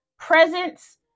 presence